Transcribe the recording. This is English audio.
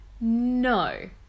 no